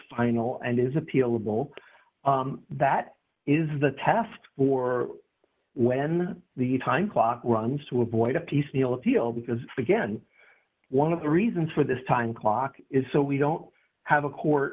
final and is appealable that is the test for when the time clock runs to avoid a piecemeal appeal because again one of the reasons for this time clock is so we don't have a court